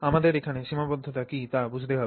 আমাদের এখানে সীমাবদ্ধতা কী তা বুঝতে হবে